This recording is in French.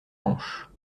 hanches